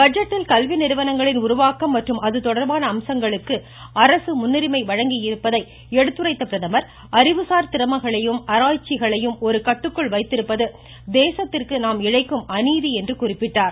பட்ஜெட்டில் கல்வி நிறுவனங்களின் உருவாக்கம் மற்றும் அது தொடா்பான அம்சங்களுக்கு அரசு முன்னுரிமை வழங்கியிருப்பதை எடுத்துரைத்த பிரதமர் அறிவுசார் திறமைகளையும் ஆராய்ச்சிகளையும் ஒரு கட்டுக்குள் வைத்திருப்பது தேசத்திற்கு நாம் இழைக்கும் அநீதி என்று குறிப்பிட்டார்